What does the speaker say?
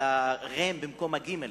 על ה"ריין" במקום הגימ"ל,